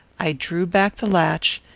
i drew back the latch,